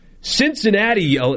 Cincinnati